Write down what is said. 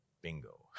bingo